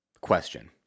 question